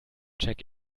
check